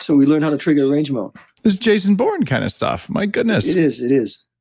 so we learn how to trigger range mode this is jason bourne kind of stuff. my goodness it is. it is.